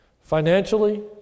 Financially